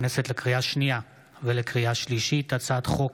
הצעת חוק